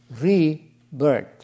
rebirth